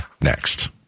next